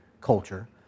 culture